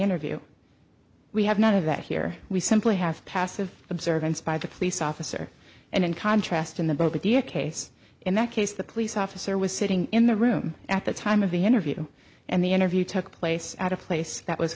interview we have none of that here we simply have passive observance by the police officer and in contrast in the boat with the a case in that case the police officer was sitting in the room at the time of the interview and the interview took place at a place that was